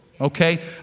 Okay